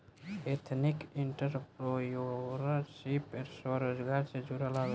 ethnic entrepreneurship स्वरोजगार से जुड़ल हवे